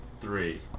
three